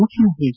ಮುಖ್ಯಮಂತ್ರಿ ಎಚ್